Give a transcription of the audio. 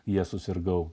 jie susirgau